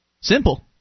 Simple